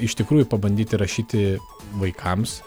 iš tikrųjų pabandyti rašyti vaikams